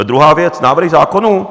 Druhá věc návrhy zákonů.